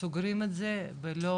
סוגרים את זה ולא